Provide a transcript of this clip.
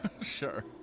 sure